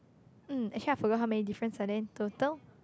mm actually I forgot how many difference are there in total